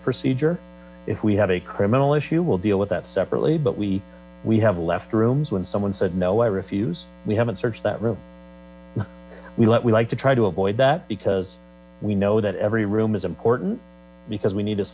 procedure if we have a criminal issue we'll deal with that separately but we we have left rooms when someone said no i refuse we haven't searched that room we like we like to try to avoid that because we know that every room is important because we need to